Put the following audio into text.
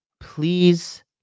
please